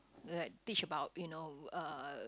like teach about you know uh